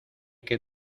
que